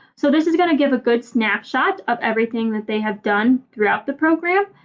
so this is going to give a good snapshot of everything that they have done throughout the program